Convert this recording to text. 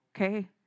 okay